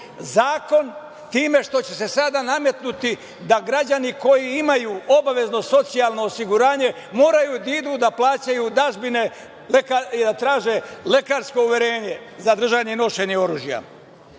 zakon time što će se sada nametnuti da građani koji imaju obavezno socijalno osiguranje moraju da idu da plaćaju dažbine i da traže lekarsko uverenje za držanje i nošenje oružja. Dame